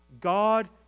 God